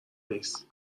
نیست